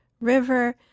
River